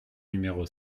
numéro